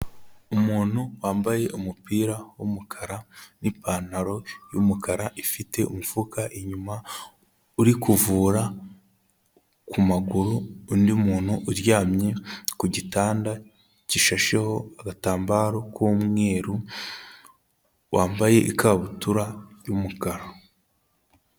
Umuntu wambaye umupira w'umukara n'ipantaro y'umukara ifite umufuka inyuma, uri kuvura ku maguru undi muntu uryamye ku gitanda gishasheho agatambaro k'umweru, wambaye ikabutura y'umukara.